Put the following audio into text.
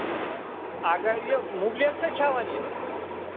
اَگر یہِ مُبلیل چھےٚ کھٮ۪وان یہِ